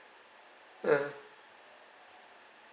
mm